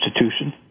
institution